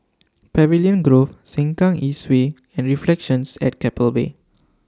Pavilion Grove Sengkang East Way and Reflections At Keppel Bay